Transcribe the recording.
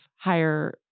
higher